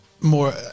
More